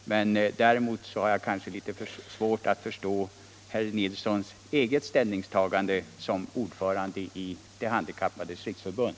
Däremot har jag litet svårt att förstå herr Nilssons ställningstagande i hans egenskap av ordförande i De handikappades riksförbund.